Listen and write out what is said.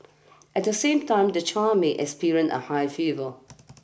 at the same time the child may experience a high fever